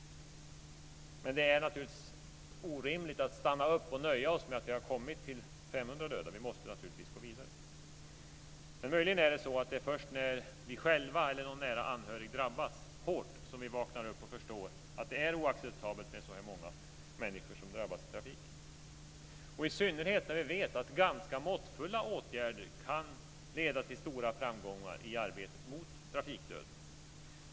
Men det är naturligtvis orimligt att stanna upp och nöja oss med att vi har kommit ned till 500 döda. Vi måste naturligtvis gå vidare. Möjligen är det först när vi själva eller någon nära anhörig drabbas hårt som vi vaknar upp och förstår att det är oacceptabelt med så många människor som drabbas i trafiken, i synnerhet när vi vet att ganska måttfulla åtgärder kan leda till stora framgångar i arbetet mot trafikdöden.